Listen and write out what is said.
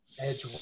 Edge